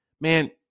man